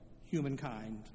humankind